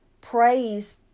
Praise